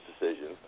decision